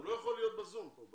רק